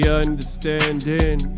understanding